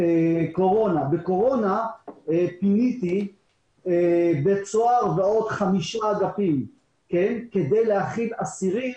בקורונה פיניתי בית סוהר ועוד חמישה אגפים כדי להכיל אסירים